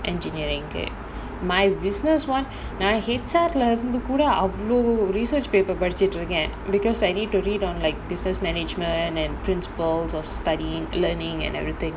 engineering கு ku my business [one] நான்:naan H_R lah இருந்து கூட அவ்ளோ:irunthu kuda avlo research paper படிச்சிட்டு இருக்கேன்:padichitu irukaen because I need to read on like business management and principles of studying learning and everything